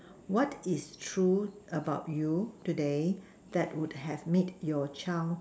what is true about you today that would have made your child